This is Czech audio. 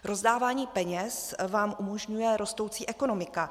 Rozdávání peněz vám umožňuje rostoucí ekonomika.